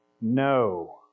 No